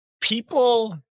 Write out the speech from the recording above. people